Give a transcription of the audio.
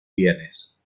bienes